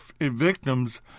victims